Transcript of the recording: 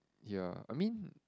ya I mean